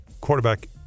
quarterback